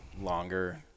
longer